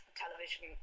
television